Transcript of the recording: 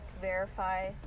verify